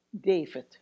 David